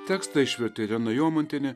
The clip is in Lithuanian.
tekstą išvertė irena jomantienė